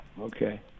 Okay